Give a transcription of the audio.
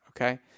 okay